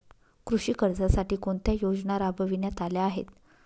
कृषी कर्जासाठी कोणत्या योजना राबविण्यात आल्या आहेत?